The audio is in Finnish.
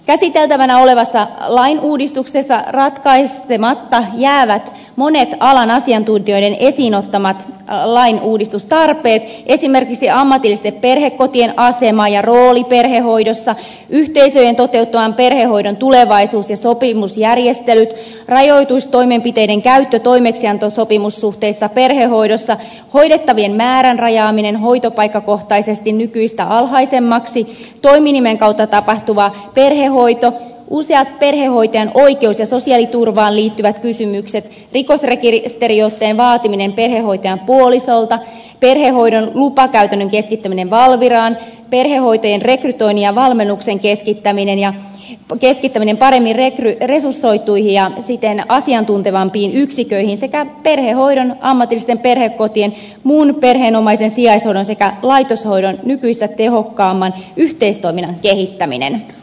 käsiteltävänä olevassa lainuudistuksessa ratkaisematta jäävät monet alan asiantuntijoiden esiin ottamat lainuudistustarpeet esimerkiksi ammatillisten perhekotien asema ja rooli perhehoidossa yhteisöjen toteuttaman perhehoidon tulevaisuus ja sopimusjärjestelyt rajoitustoimenpiteiden käyttö toimeksiantosopimussuhteisessa perhehoidossa hoidettavien määrän rajaaminen hoitopaikkakohtaisesti nykyistä alhaisemmaksi toiminimen kautta tapahtuva perhehoito useat perhehoitajan oikeus ja sosiaaliturvaan liittyvät kysymykset rikosrekisteriotteen vaatiminen perhehoitajan puolisolta perhehoidon lupakäytännön keskittäminen valviraan perhehoitajien rekrytoinnin ja valmennuksen keskittäminen paremmin resursoituihin ja siten asiantuntevampiin yksiköihin sekä perhehoidon ammatillisten perhekotien muun perheenomaisen sijaishoidon sekä laitoshoidon nykyistä tehokkaamman yhteistoiminnan kehittäminen